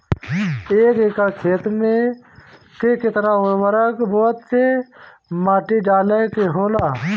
एक एकड़ खेत में के केतना उर्वरक बोअत के माटी डाले के होला?